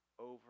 over